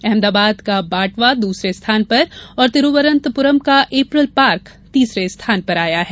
अहमदाबाद का बाटवा दूसरे स्थान पर और तिरूवनंतपुरम का एपरल पार्क तीसरे स्थान पर आया है